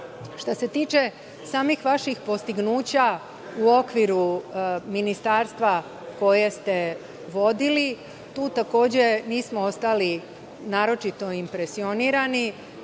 se tiče samih vaših postignuća u okviru ministarstva koje ste vodili, tu takođe nismo ostali naročito impresionirani.